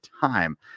time